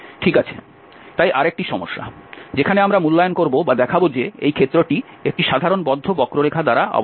ঠিক আছে তাই আরেকটি সমস্যা যেখানে আমরা মূল্যায়ন করব বা দেখাব যে এই ক্ষেত্রটি একটি সাধারণ বদ্ধ বক্ররেখা দ্বারা আবদ্ধ